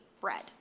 bread